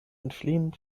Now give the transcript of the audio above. entfliehen